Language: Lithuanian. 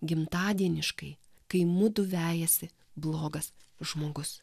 gimtadieniškai kai mudu vejasi blogas žmogus